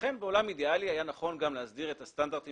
אכן בעולם אידיאלי היה נכון להסדיר גם את הסטנדרטים